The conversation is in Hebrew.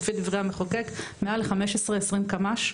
לפי דברי החוק ולפי דברי המחוקק,